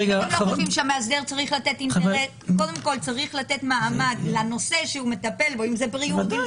אם אתם לא חושבים שהמאסדר לא צריך מעמד לנושא שהוא מטפל בו: בריאות,